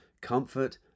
comfort